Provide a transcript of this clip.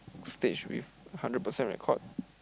stage with hundred percent record